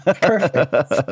Perfect